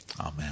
Amen